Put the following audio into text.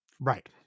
Right